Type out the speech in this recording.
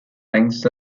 ranks